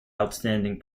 outstanding